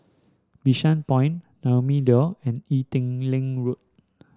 Bishan Point Naumi Liora and Ee Teow Leng Road